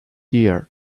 year